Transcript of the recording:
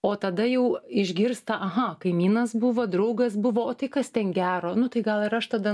o tada jau išgirsta aha kaimynas buvo draugas buvo o tai kas ten gero nu tai gal ir aš tada